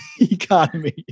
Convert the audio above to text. economy